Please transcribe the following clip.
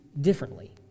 differently